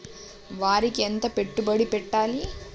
వరికి ఎంత పెట్టుబడి పెట్టాలి?